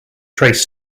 trace